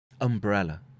umbrella